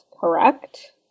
correct